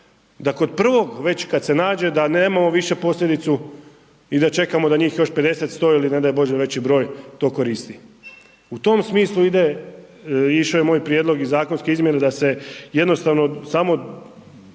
Da kod prvog već kad se nađe, da nemamo više posljedicu i da čekamo da njih još 50, 100 ili ne daj bože veći broj to koristi. U tom smislu ide, išo je moj prijedlog i zakonske izmjene da se jednostavno samo